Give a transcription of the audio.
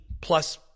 plus